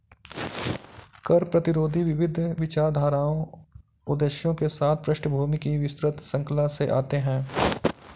कर प्रतिरोधी विविध विचारधाराओं उद्देश्यों के साथ पृष्ठभूमि की विस्तृत श्रृंखला से आते है